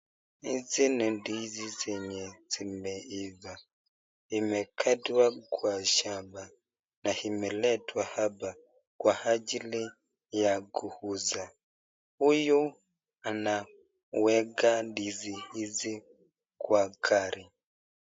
Hizi ni ndizi zenye zimeifaa na imekatwa kwa shamba na imeletwa hapa kwa hajili ya kuuza, huyu anaweka ndizi hizi kwa gari.